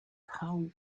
how